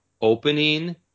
Opening